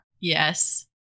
Yes